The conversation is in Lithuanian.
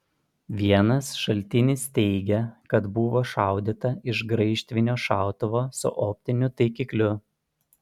vienas šaltinis teigia kad buvo šaudyta iš graižtvinio šautuvo su optiniu taikikliu